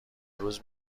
روز